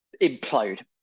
implode